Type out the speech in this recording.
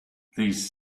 these